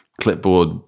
clipboard